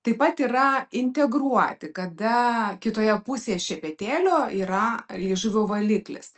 taip pat yra integruoti kada kitoje pusėje šepetėlio yra liežuvio valiklis